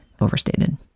overstated